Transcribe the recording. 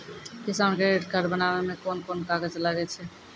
किसान credit card बनाबै मे कोन कोन कागज लागै छै?